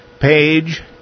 Page